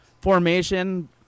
Formation